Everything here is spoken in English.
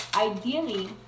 ideally